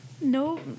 No